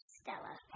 Stella